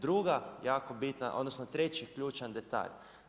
Druga jako bitna, odnosno, treći ključan detalj.